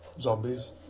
zombies